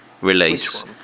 Release